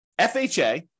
FHA